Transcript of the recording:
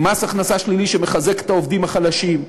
עם מס הכנסה שלילי, שמחזק את העובדים החלשים.